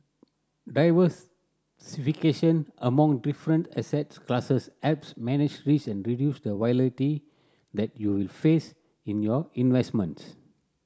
diversification among different assets classes helps manage risk and reduce the that you will face in your investments